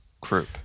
group